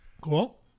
Cool